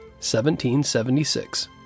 1776